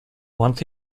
once